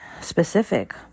specific